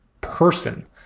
person